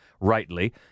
rightly